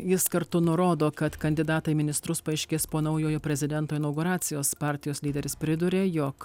jis kartu nurodo kad kandidatai į ministrus paaiškės po naujojo prezidento inauguracijos partijos lyderis priduria jog